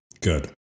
Good